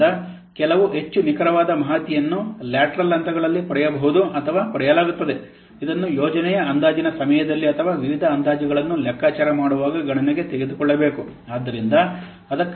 ಆದ್ದರಿಂದ ಕೆಲವು ಹೆಚ್ಚು ನಿಖರವಾದ ಮಾಹಿತಿಯನ್ನು ಲ್ಯಾಟರಲ್ ಹಂತಗಳಲ್ಲಿ ಪಡೆಯಬಹುದು ಅಥವಾ ಪಡೆಯಲಾಗುತ್ತದೆ ಇದನ್ನು ಯೋಜನೆಯ ಅಂದಾಜಿನ ಸಮಯದಲ್ಲಿ ಅಥವಾ ವಿವಿಧ ಅಂದಾಜುಗಳನ್ನು ಲೆಕ್ಕಾಚಾರ ಮಾಡುವಾಗ ಗಣನೆಗೆ ತೆಗೆದುಕೊಳ್ಳಬಹುದು